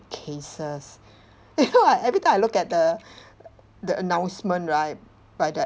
cases you know I every time I look at the the announcement right by that